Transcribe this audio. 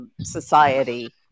society